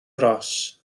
ros